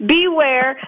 Beware